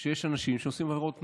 יש אנשים שעושים עבירות תנועה,